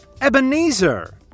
Ebenezer